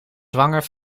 zwanger